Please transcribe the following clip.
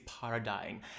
paradigm